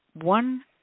one